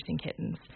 kittens